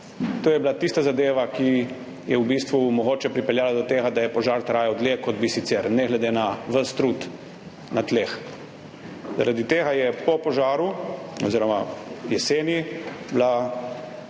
To je bila tista zadeva, ki je v bistvu mogoče pripeljala do tega, da je požar trajal dlje, kot bi sicer, ne glede na ves trud na tleh. Zaradi tega je bila po požaru oziroma jeseni izvedena